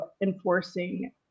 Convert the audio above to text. enforcing